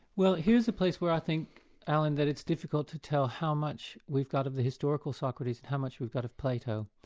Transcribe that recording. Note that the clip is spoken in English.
well here is a place where i think alan that it's difficult to tell how much we've got of the historical socrates and how much we've got of plato.